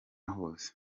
hose